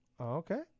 Okay